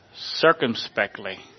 circumspectly